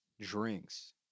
drinks